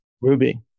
Ruby